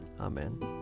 Amen